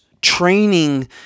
training